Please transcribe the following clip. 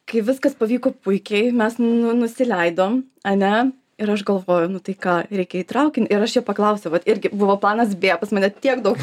kai viskas pavyko puikiai mes n nusileidom ane ir aš galvoju nu tai ką reikia į traukinį ir aš jo paklausiau vat irgi buvo planas b pas mane tiek daug